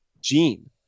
gene